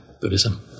Buddhism